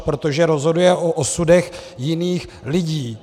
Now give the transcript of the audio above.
Protože rozhoduje o osudech jiných lidí.